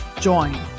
join